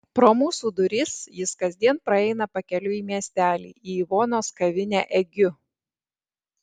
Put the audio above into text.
pro mūsų duris jis kasdien praeina pakeliui į miestelį į ivonos kavinę egiu